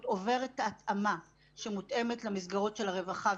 עובר התאמה שמותאם למסגרות של הרווחה,